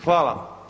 Hvala.